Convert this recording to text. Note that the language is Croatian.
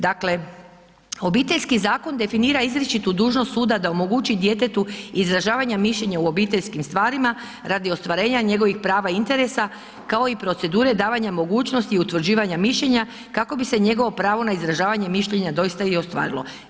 Dakle, Obiteljski zakon definira izričitu dužnost suda da omogući djetetu izražavanje mišljenja u obiteljskim stvarima radi ostvarenja njegovih prava i interesa kao i procedure davanja mogućnosti i utvrđivanja mišljenja kako bi se njegovo pravo na izražavanje mišljenja doista i ostvarilo.